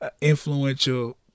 influential